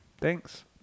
thanks